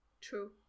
True